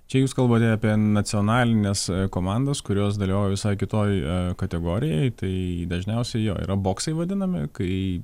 čia jus kalbate apie nacionalines komandas kurios dalyvauja visai kitoj kategorijoj tai dažniausiai jo yra boksai vadinami kai